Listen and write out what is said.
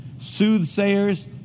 soothsayers